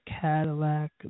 Cadillac